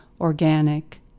organic